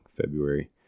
February